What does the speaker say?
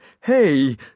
hey